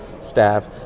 staff